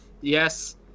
Yes